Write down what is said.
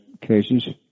cases